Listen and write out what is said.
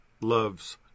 loves